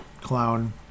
clown